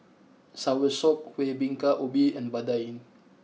Soursop Kuih Bingka Ubi and Vadai